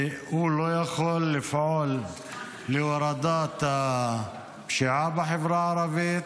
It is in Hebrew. והוא לא יכול לפעול להורדת הפשיעה בחברה הערבית,